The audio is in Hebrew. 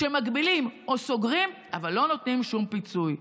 שמגבילים או סוגרים אבל לא נותנים שום פיצוי.